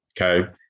okay